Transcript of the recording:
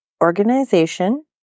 organization